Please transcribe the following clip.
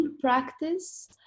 practice